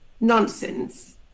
nonsense